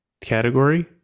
category